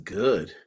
good